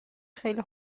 خیلی